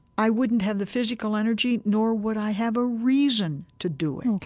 i wouldn't have the physical energy nor would i have a reason to do it.